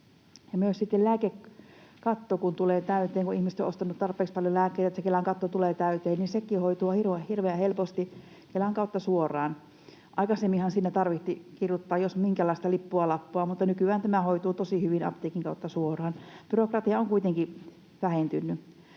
niin että se Kelan katto tulee täyteen, niin sekin hoituu hirveän helposti Kelan kautta suoraan. Aikaisemminhan siinä tarvitsi kirjoittaa jos minkälaista lippua, lappua, mutta nykyään tämä hoituu tosi hyvin apteekin kautta suoraan. Byrokratia on kuitenkin vähentynyt.